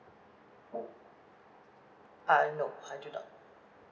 uh no I do not